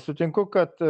sutinku kad